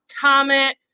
comment